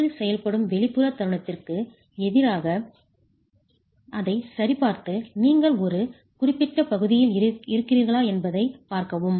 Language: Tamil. சுவரில் செயல்படும் வெளிப்புற தருணத்திற்கு எதிராக அதைச் சரிபார்த்து நீங்கள் ஒரு குறிப்பிட்ட பகுதியில் இருக்கிறீர்களா என்று பார்க்கவும்